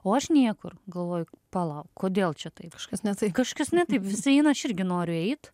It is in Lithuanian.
o aš niekur galvoju palauk kodėl čia taip kažkas ne taip kažkas ne taip visi eina aš irgi noriu eit